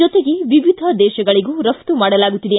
ಜೊತೆಗೆ ವಿವಿಧ ದೇಶಗಳಿಗೂ ರಪ್ತು ಮಾಡಲಾಗುತ್ತಿದೆ